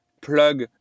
plug